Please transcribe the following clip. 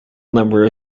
number